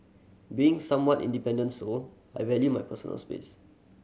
being a somewhat independent soul I value my personal space